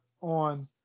on